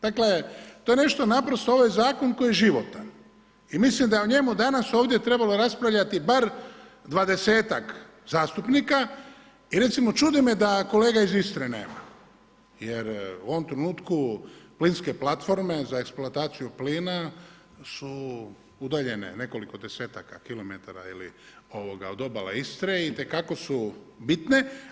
Dakle, to je nešto naprosto, ovaj Zakon koji je životan i mislim da je o njemu danas ovdje danas trebalo raspravljati bar 20-ak zastupnika i recimo, čudi me da kolega iz Istre nema jer u ovom trenutku plinske platforme za eksploataciju plina su udaljene nekoliko desetaka kilometara od obale Istre itekako su bitne.